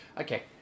Okay